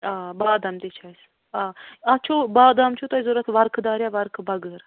آ بادم تہِ چھِ اسہِ آ اتھ چھُو پادام چھُو تۄہہِ ضروٗرت ورقہٕ دار یا ورقہٕ بغٲر